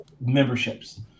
memberships